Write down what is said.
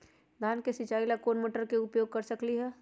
धान के सिचाई ला कोंन मोटर के उपयोग कर सकली ह?